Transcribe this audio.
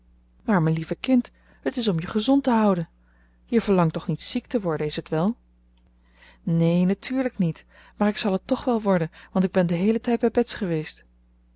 maar mijn lieve kind het is om je gezond te houden je verlangt toch niet ziek te worden is t wel neen natuurlijk niet maar ik zal het tch wel worden want ik ben den heelen tijd bij bets geweest